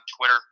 Twitter